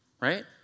Right